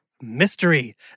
mystery